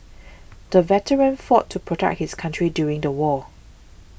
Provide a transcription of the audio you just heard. the veteran fought to protect his country during the war